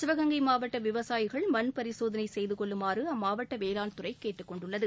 சிவகங்கை மாவட்ட விவசாயிகள் மண் பரிசோதனை செய்து கொள்ளுமாறு அம்மாவட்ட வேளாண்துறை கேட்டுக் கொண்டுள்ளது